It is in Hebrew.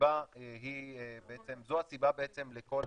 זו הסיבה לכל